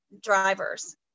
drivers